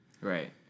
Right